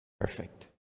perfect